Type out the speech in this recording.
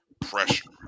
pressure